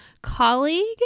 colleague